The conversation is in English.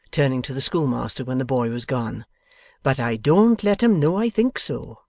turning to the schoolmaster when the boy was gone but i don't let em know i think so.